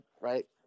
right